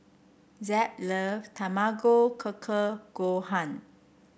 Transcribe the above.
Zeb love Tamago Kake Gohan